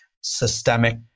systemic